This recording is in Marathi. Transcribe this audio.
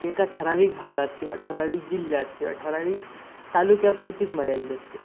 हे एका ठराविक भागात किंवा ठराविक जिल्ह्यात किंवा ठराविक तालुक्यापुरतीच मर्यादित असते